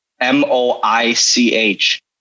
M-O-I-C-H